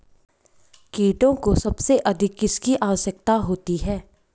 कीटों को सबसे अधिक किसकी आवश्यकता होती है?